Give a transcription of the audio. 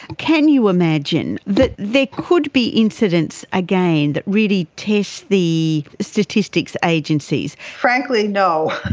can you imagine that there could be incidents again that really test the statistics agencies? frankly no.